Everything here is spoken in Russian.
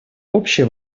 общее